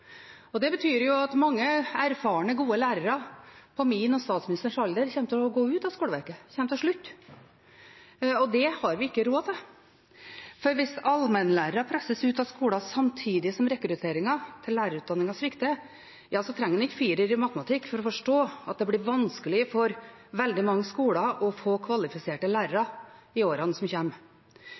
Det betyr at mange erfarne, gode lærere på min og statsministerens alder kommer til å gå ut av skoleverket, kommer til å slutte. Det har vi ikke råd til, for hvis allmennlærere presses ut av skolen samtidig som rekrutteringen til lærerutdanningen svikter, trenger en ikke firer i matematikk for å forstå at det blir vanskelig for veldig mange skoler å få kvalifiserte lærere i årene som